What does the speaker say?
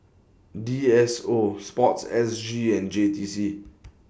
D S O Sports S G and J T C